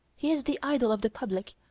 he is the idol of the public,